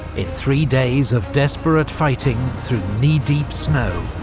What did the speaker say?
in three days of desperate fighting through knee-deep snow,